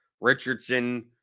Richardson